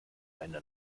eine